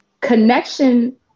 Connection